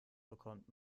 bekommt